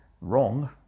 wrong